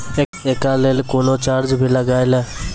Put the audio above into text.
एकरा लेल कुनो चार्ज भी लागैये?